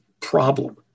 problem